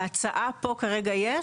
בהצעה פה כרגע יש?